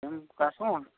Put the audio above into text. કાં શું